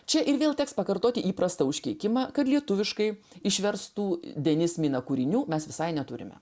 čia ir vėl teks pakartoti įprastą užkeikimą kad lietuviškai išverstų denis mina kūrinių mes visai neturime